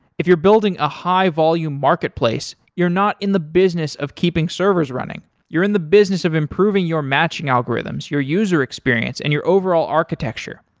if you're building a high-volume marketplace, you're not in the business of keeping servers running, you're in the business of improving your matching algorithms, your user experience and your overall architecture.